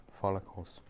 follicles